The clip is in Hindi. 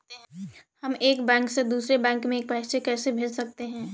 हम एक बैंक से दूसरे बैंक में पैसे कैसे भेज सकते हैं?